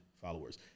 followers